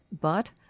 But